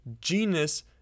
genus